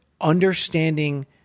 understanding